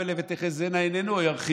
וגם "ותחזינה עינינו".